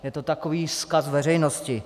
Je to takový vzkaz veřejnosti.